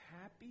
happy